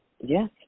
Yes